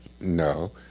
no